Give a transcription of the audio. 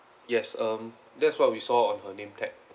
yes um that's what we saw on her name tag